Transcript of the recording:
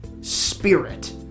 spirit